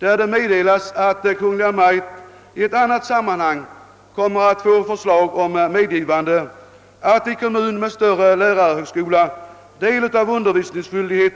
Där meddelas det att Kungl. Maj:t i ett annat sammanhang kommer att få förslag om medgivande att i kommun med större lärarhögskola del av undervisningsskyldighet